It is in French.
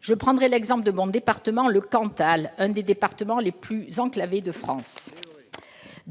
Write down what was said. Je prendrai l'exemple de mon département, le Cantal, l'un des plus enclavés de France.